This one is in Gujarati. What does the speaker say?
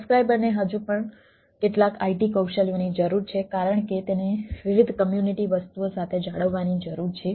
સબ્સ્ક્રાઇબરને હજુ પણ કેટલાક IT કૌશલ્યોની જરૂર છે કારણ કે તેને વિવિધ કમ્યુનિટી વસ્તુઓ સાથે જાળવવાની જરૂર છે